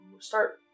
start